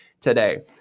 today